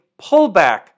pullback